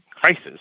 crisis